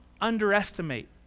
underestimate